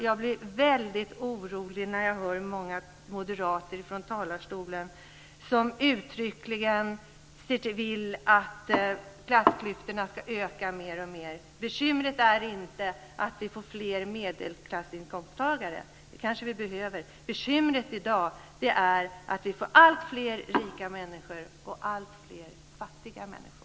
Jag blir väldigt orolig när jag hör många moderater från talarstolen som uttryckligen vill att klassklyftorna ska öka mer och mer. Bekymret är inte att vi får fler medelklassinkomsttagare. Det kanske vi behöver. Bekymret i dag är att vi får alltfler rika människor och alltfler fattiga människor.